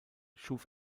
schuf